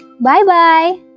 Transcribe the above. bye-bye